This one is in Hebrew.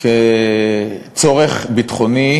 כצורך ביטחוני,